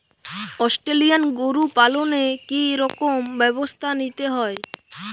Australian গরু পালনে কি রকম ব্যবস্থা নিতে হয়?